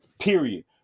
period